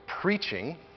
preaching